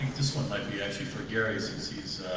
this one might be actually for gary since he's